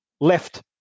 left